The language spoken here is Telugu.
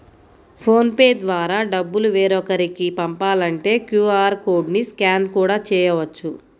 ఫోన్ పే ద్వారా డబ్బులు వేరొకరికి పంపాలంటే క్యూ.ఆర్ కోడ్ ని స్కాన్ కూడా చేయవచ్చు